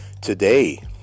today